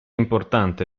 importante